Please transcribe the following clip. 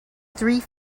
three